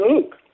Luke